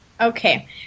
Okay